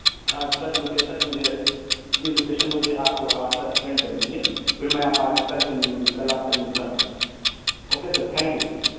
اچھا لوکیشن مجھے جی لوکیشن مجھے آپ آپ سر سینڈ کر دیجیے پھر میں آپ آ کے کل سے کل آپ سے ملتا ہوں sir okay sir thank you